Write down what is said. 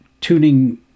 tuning